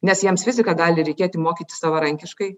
nes jiems fiziką gali reikėti mokytis savarankiškai